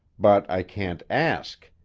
but i can't ask.